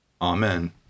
Amen